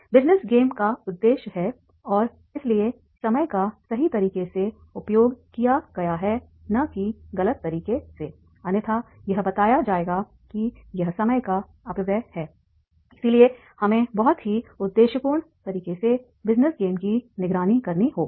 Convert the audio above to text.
business game का उद्देश्य है और इसलिए समय का सही तरीके से उपयोग किया गया है न कि गलत तरीके से अन्यथा यह बताया जाएगा कि यह समय का अपव्यय है इसलिए हमें बहुत ही उद्देश्यपूर्ण तरीके से बिजनेस गेम की निगरानी करनी होगी